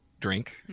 drink